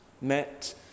met